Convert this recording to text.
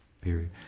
period